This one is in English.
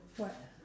what